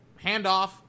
handoff